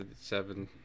seven